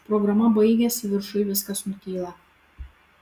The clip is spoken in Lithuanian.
programa baigiasi viršuj viskas nutyla